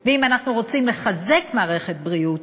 ואם אנחנו רוצים לחזק מערכת בריאות,